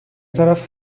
طرف